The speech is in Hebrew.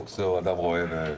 תסגרו לי את הפרק ואז אנחנו